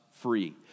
free